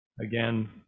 again